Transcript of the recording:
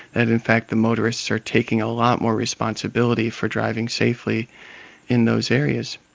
and in fact the motorists are taking a lot more responsibility for driving safely in those areas.